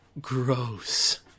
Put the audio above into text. gross